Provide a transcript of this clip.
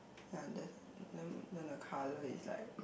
yeah the then the colour is like